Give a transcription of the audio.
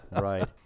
right